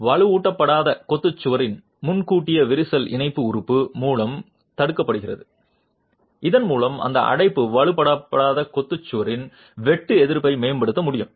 எனவே வலுவூட்டப்படாத கொத்து சுவரின் முன்கூட்டிய விரிசல் இணைப்பு உறுப்பு மூலம் தடுக்கப்படுகிறது இதன் மூலம் அந்த அடைப்பு வலுவூட்டப்படாத கொத்து சுவரின் வெட்டு எதிர்ப்பை மேம்படுத்த முடியும்